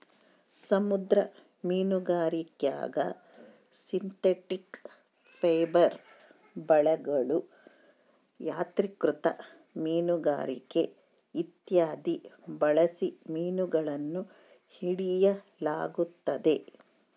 ಸಮುದ್ರ ಮೀನುಗಾರಿಕ್ಯಾಗ synthetic fibre ಬಲೆಗಳು, ಯಾಂತ್ರಿಕೃತ ಮೀನುಗಾರಿಕೆ ಇತ್ಯಾದಿ ಬಳಸಿ ಮೀನುಗಳನ್ನು ಹಿಡಿಯಲಾಗುತ್ತದೆ